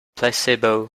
placebo